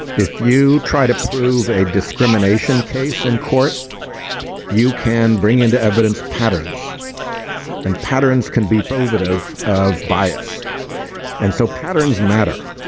if you try to prove a discrimination case in court you can bring into evidence patterns and patterns can be proven of of bias and so patterns matter.